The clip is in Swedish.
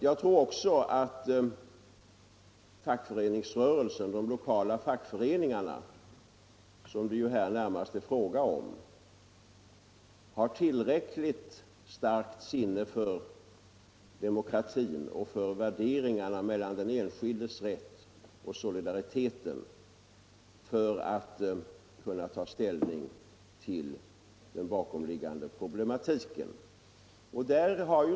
Jag tror också att fackföreningsrörelsen och de lokala fackföreningarna, som det ju här närmast är fråga om, har tillräckligt starkt sinne för demokrati och för värderingarna mellan den enskildes rätt och solidariteten för att kunna ta ställning till den bakomliggande problematiken.